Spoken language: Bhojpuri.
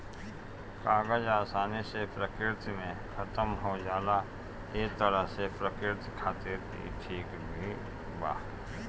कागज आसानी से प्रकृति में खतम हो जाला ए तरह से प्रकृति खातिर ई ठीक भी बा